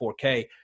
4k